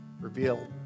reveal